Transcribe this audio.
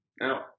now